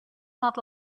not